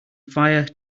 fire